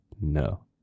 no